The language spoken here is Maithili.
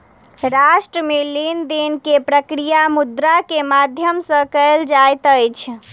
राष्ट्र मे लेन देन के प्रक्रिया मुद्रा के माध्यम सॅ कयल जाइत अछि